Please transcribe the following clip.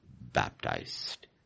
baptized